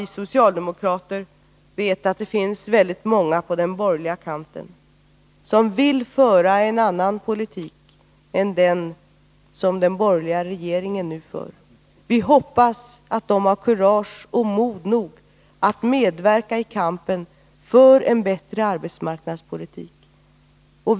Vi socialdemokrater vet att det finns väldigt många på den borgerliga kanten som vill föra en annan politik än den som den borgerliga regeringen nu för. Jag hoppas att de har kurage och mod nog att medverka i kampen för en bättre arbetsmarknadspolitik.